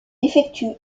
effectue